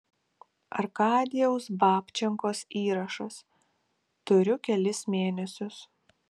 arkadijaus babčenkos įrašas turiu kelis mėnesius